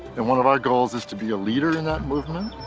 and one of our goals is to be a leader in that movement,